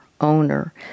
owner